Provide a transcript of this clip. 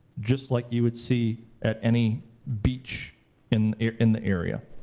just like you would see at any beach in in the area,